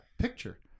picture